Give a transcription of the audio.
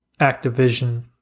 activision